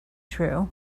true